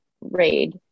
raid